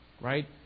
right